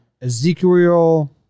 Ezekiel